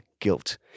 guilt